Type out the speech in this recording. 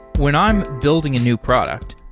when i'm building a new product,